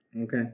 Okay